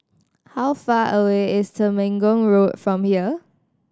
how far away is Temenggong Road from here